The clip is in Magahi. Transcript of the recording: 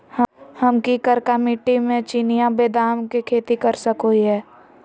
हम की करका मिट्टी में चिनिया बेदाम के खेती कर सको है?